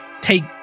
take